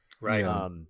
Right